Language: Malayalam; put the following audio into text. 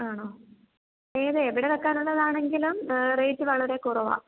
ആണോ ഇത് എവിടെ വെയ്ക്കാൻ ഉള്ളതാണെങ്കിലും റേറ്റ് വളരെ കുറവാണ്